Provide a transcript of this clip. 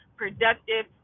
productive